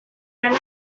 lana